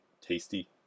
tasty